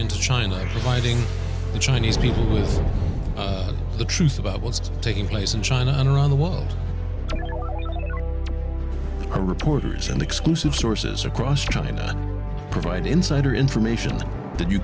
into china hiding the chinese people is the truth about what's taking place in china and around the world are reporters and exclusive sources across china provide insider information